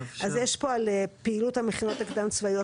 יש פה על פעילות המכינות הקדם צבאיות